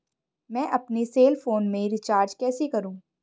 मैं अपने cell phone में रिचार्ज कैसे करूँ?